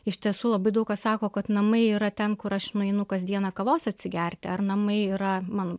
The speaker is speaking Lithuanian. iš tiesų labai daug kas sako kad namai yra ten kur aš nueinu kasdieną kavos atsigerti ar namai yra man